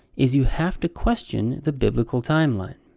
is you have to question the biblical timeline.